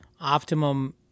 optimum